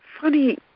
funny